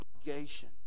obligation